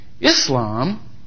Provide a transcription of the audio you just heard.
Islam